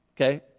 okay